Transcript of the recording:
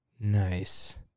Nice